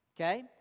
okay